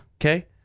Okay